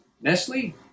Nestle